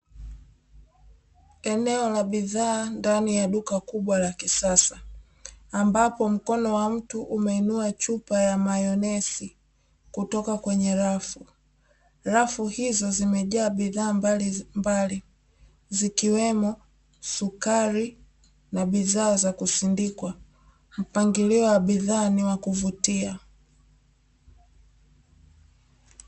Eneo la bidhaa ndani ya duka kubwa la kisasa, ambapo mkono wa mtu umeinua chupa ya mayonesi kutoka kwenye rafu hizo zimejaa bidhaa mbalimbali zikiwemo sukari na bidhaa za kusindikwa mpangilio wa bidhaa ni wa kuvutia.